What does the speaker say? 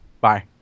Bye